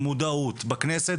מודעות, מודעות בכנסת.